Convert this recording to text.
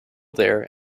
there